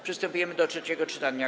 Przystępujemy do trzeciego czytania.